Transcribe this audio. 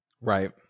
Right